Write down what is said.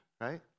right